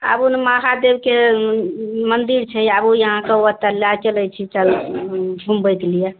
आबू ने महादेबके मंदिर छै आबू अहाँके ओतए लै चलैत छी घूमबैके लिए